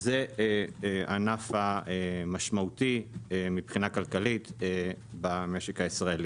זה הענף המשמעותי מבחינת כלכלית במשק הישראלי.